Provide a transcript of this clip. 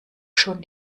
schon